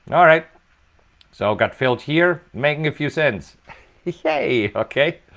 and alright so got filled here making a few cents hey, okay.